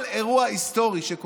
היסטורי מביש.